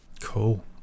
cool